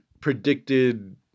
predicted